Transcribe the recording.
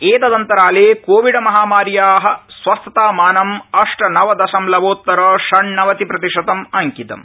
एतदन्तराले कोविडमहामार्या स्वस्थतामाने अष्ट नव दशमलवोत्तर षण्णवतिप्रतिशतम् अंकितम्